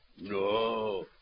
No